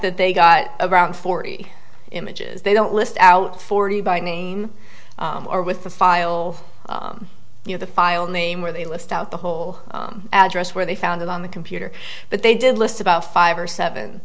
that they got about forty images they don't list out forty by name or with the file you know the file name where they list out the whole address where they found it on the computer but they did list about five or seven